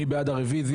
מי בעד הרוויזיה?